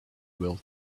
build